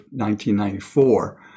1994